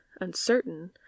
uncertain